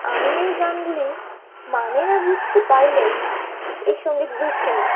আমি এই গানগুলি মানে না বুঝতে পারলেও এই সংগীতগুলি শুনি